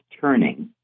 Turning